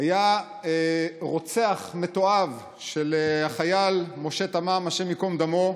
היה רוצח מתועב של החייל משה תמם, השם ייקום דמו.